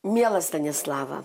miela stanislava